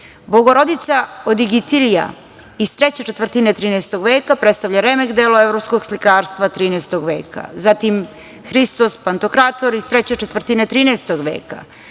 Bogorodica Odigitrija iz treće četvrtine 13. veka predstavlja remek delo evropskog slikarstva 13. veka. Zatim, Hristos Pantokrator iz treće četvrtine 13. veka,